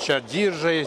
čia diržai